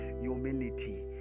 humility